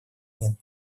мин